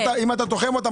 אבל אם אתה תוחם אותם,